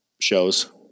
shows